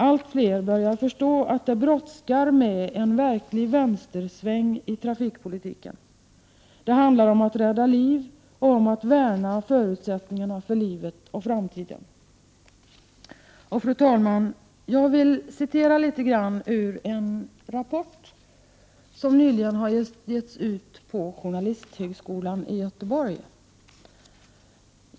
Allt fler börjar förstå att det brådskar med en verklig vänstersväng i trafikpolitiken. Det handlar om att rädda liv och om att värna förutsättningarna för livet och framtiden. Fru talman! Jag vill citera litet grand ur en rapport som nyligen har givits ut på journalisthögskolan i Göteborg.